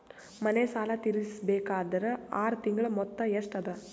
ಮನೆ ಸಾಲ ತೀರಸಬೇಕಾದರ್ ಆರ ತಿಂಗಳ ಮೊತ್ತ ಎಷ್ಟ ಅದ?